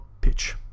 pitch